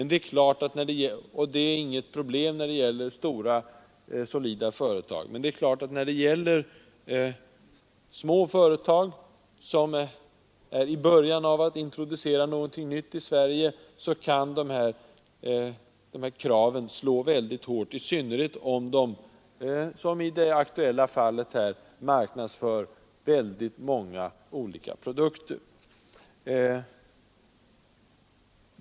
Detta är inte något problem när det gäller stora solida företag, men när det gäller små företag som har börjat introducera någonting nytt i Sverige kan dessa krav slå mycket hårt, i synnerhet om de som i det aktuella fallet marknadsför många olika produkter.